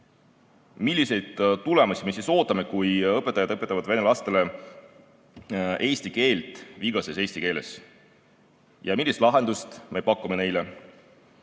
Milliseid tulemusi me siis ootame, kui õpetajad õpetavad vene lastele eesti keelt vigases eesti keeles? Ja millist lahendust me pakume neile?